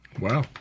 Wow